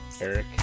Eric